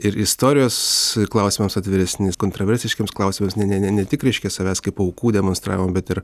ir istorijos klausimams atviresnės kontroversiškiems klausimas ne ne ne tik reiškia savęs kaip aukų demonstravimo bet ir